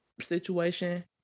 situation